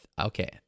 Okay